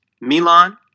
Milan